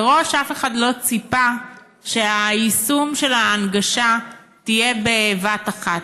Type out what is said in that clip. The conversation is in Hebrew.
מראש אף אחד לא ציפה שהיישום של ההנגשה יהיה בבת אחת.